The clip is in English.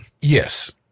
Yes